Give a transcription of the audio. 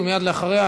ומייד לאחריה,